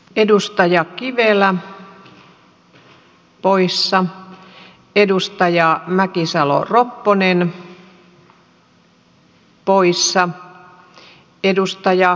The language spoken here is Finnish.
edustaja tähän meidän eduskuntatyöhömme paljon oppimista